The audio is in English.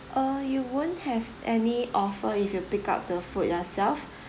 uh you won't have any offer if you pick up the food yourself